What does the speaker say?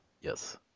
Yes